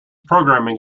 programming